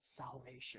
salvation